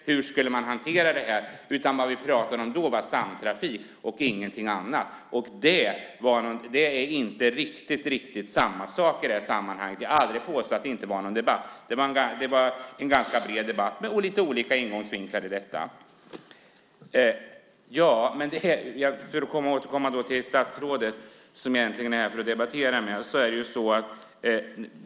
Hur skulle man hantera detta? Vi pratade då om samtrafik - ingenting annat. Det är inte riktigt samma sak i sammanhanget. Jag har aldrig påstått att det inte var en debatt. Det var en bred debatt med lite olika ingångsvinklar. Jag återkommer till statsrådet, som jag är här för att debattera med.